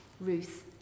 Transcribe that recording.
Ruth